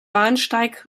bahnsteig